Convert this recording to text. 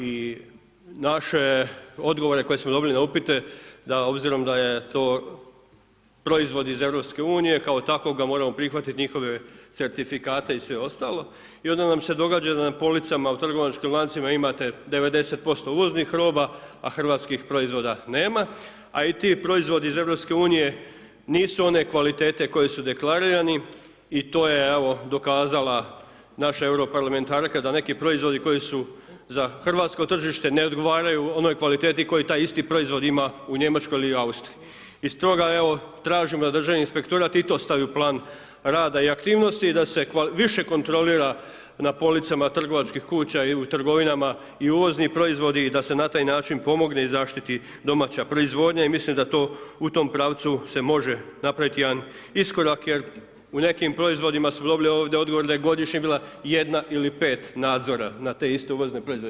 I naše odgovore koje smo dobili na upite, da obzirom da je to proizvod iz EU, kao takvog ga moraju prihvatiti njihove certifikate i sve ostalo i onda nam se događa da na policama u trgovačkim lancima imate 90% uvoznih roba, a hrvatskih proizvoda nema, a i ti proizvodi iz EU, nisu one kvalitete koji su deklarirani i to je dokazala naša euro parlamentarka, da neki proizvodi koji su za hrvatsko tržište, ne odgovaraju onoj kvaliteti koji taj isti proizvod ima u Njemačkoj ili Austriji i stoga tražim da državni inspektorat i to stavi u plan rada i aktivnosti i da se više kontrolira na policama trgovačkih kuća i u trgovinama i uvozni proizvodi i da se na taj način pomogne i zaštiti domaća proizvodnja i mislim da to u tom pravcu se može napraviti jedan iskorak, jer u nekim proizvod smo dobili ovdje odgovor da je godišnje bila jedna ili pet nadzora na te iste uvozne proizvode.